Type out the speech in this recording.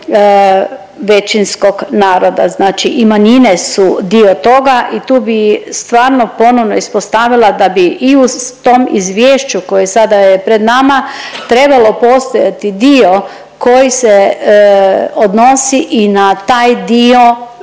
većinskog naroda. Znači i manjine su dio toga i tu bi stvarno ponovno ispostavila da bi i u tom izvješću koje sada je pred nama trebalo postojati dio koji se odnosi i na taj dio